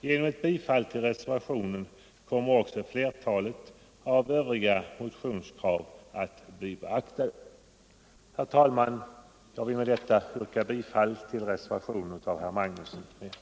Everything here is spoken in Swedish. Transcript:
Genom ett bifall till reservationen kommer också flertalet övriga motionskrav att bli beaktade. Herr talman! Jag yrkar bifall till reservationen av herr Magnusson i Borås m.fl.